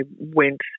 went